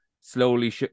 slowly